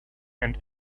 and